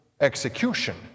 execution